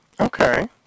okay